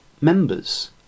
members